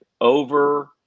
over